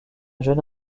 jeune